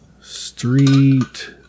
Street